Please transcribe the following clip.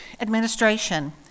Administration